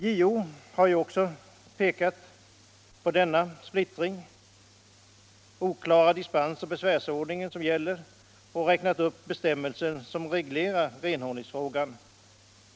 JO har också pekat på denna splittring, på den oklara dispensoch besvärsordning som gäller, och räknat upp bestämmelser som reglerar renhållningsfrågan.